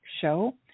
show